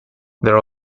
there